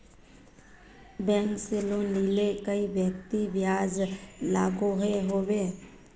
Bank से loan लिले कई व्यक्ति ब्याज लागोहो होबे?